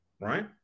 right